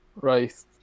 Right